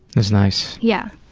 it's nice. yeah.